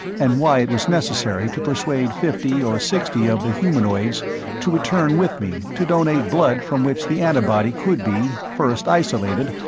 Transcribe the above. and why it was necessary to persuade fifty or sixty of the humanoids to return with me, to donate blood from which the antibody could be, first isolated,